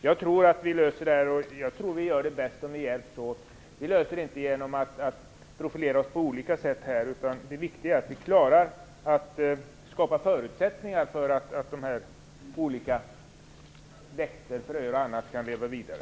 Jag tror att vi löser detta bäst om vi hjälps åt. Vi löser det inte genom att här profilera oss på olika sätt, utan det viktiga är att vi kan skapa förutsättningar för att olika växter skall kunna leva vidare.